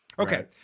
Okay